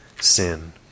sin